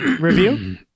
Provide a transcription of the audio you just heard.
review